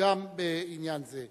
גם בעניין זה.